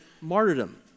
martyrdom